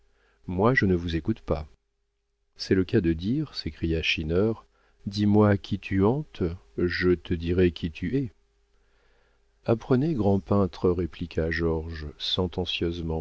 moi je ne vous écoute pas c'est le cas de dire s'écria schinner dis-moi qui tu hantes je te dirai qui tu hais apprenez grand peintre répliqua georges